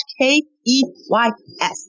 K-E-Y-S